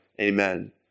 Amen